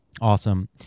Awesome